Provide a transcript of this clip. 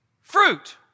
fruit